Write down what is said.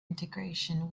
integration